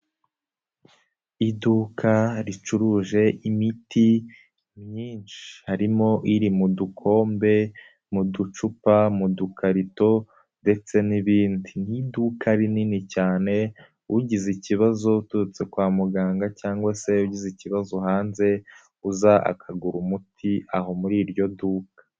Iduka ricuruje imiti myinshi. Harimo iri mu dukombe, mu ducupa, mu dukarito ndetse n'ibindi. Ni iduka rinini cyane, ugize ikibazo uturutse kwa muganga cyangwa se ugize ikibazo hanze, uza akagura umuti, aho muri iryo duka.